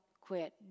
quit